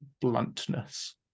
bluntness